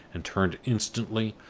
and, turning instantly,